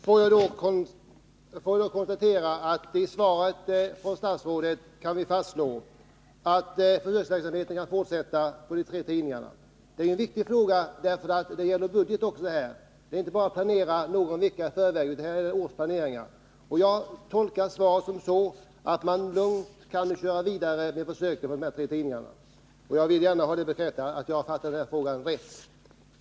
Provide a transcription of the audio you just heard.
Herr talman! Får jag då konstatera att vi i svaret från statsrådet kan fastslå att försöksverksamheten kan fortsätta på de tre tidningarna. Det är en viktig fråga, därför att det också gäller budgeten — det är inte bara att planera någon vecka i förväg, utan det är årsplaneringar. Jag tolkar svaret så att man lugnt kan köra vidare med försöken på de här tre tidningarna. Jag vill gärna ha bekräftat att jag har fattat svaret rätt.